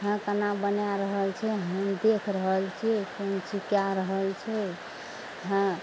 हँ केना केना बना रहल छै देख रहल छियै कोन चीजके रहल छै हँ